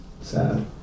sad